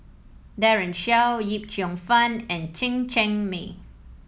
Daren Shiau Yip Cheong Fun and Chen Cheng Mei